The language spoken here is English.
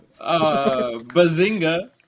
Bazinga